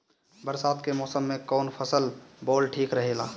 बरसात के मौसम में कउन फसल बोअल ठिक रहेला?